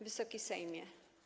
Wysoki Sejmie!